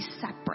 separate